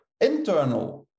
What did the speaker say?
internal